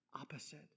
opposite